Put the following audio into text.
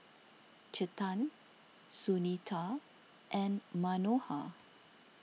Chetan Sunita and Manohar